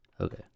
Okay